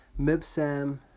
Mibsam